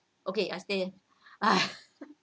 okay I stay here !hais!